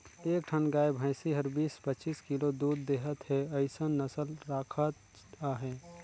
एक ठन गाय भइसी हर बीस, पचीस किलो दूद देहत हे अइसन नसल राखत अहे